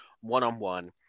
one-on-one